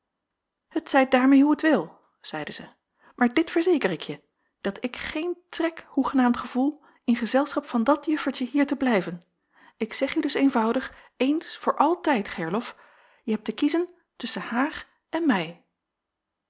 het zij daarmeê hoe t wil zeide zij maar dit verzeker ik je dat ik geen trek hoegenaamd gevoel in gezelschap van dat juffertje hier te blijven ik zeg u dus eenvoudig eens voor altijd gerlof je hebt te kiezen tusschen haar en mij